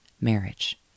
marriage